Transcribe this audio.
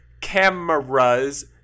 cameras